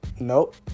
Nope